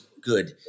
good